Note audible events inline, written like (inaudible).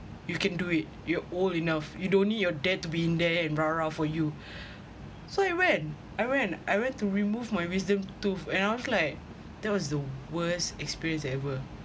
you can do it you're old enough you don't need your dad to be in there and (noise) for you so I went I went I went to remove my wisdom tooth and I was like that was the worst experience ever